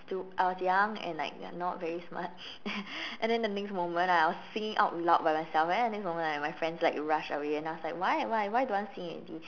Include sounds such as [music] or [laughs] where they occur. stu~ I was young and like not very smart [laughs] and then the next moment I was singing out loud by myself and then the next moment like my friends like rushed away and I was like why why why don't want to sing already